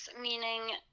meaning